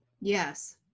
Yes